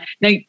Now